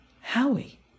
Howie